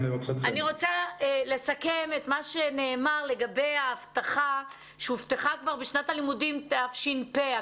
אני רוצה לסכם את מה שנאמר לגבי ההבטחה שהובטחה כבר בשנת הלימודים תש"פ.